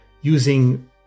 using